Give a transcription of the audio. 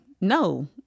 no